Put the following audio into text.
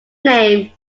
name